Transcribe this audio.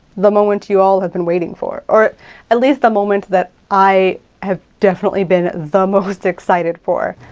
the moment you all have been waiting for, or at least the moment that i have definitely been the most excited for,